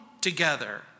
together